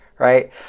right